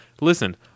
Listen